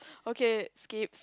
okay skip